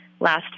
last